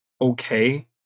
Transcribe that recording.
okay